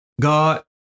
God